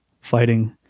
fighting